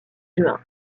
juin